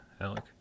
alec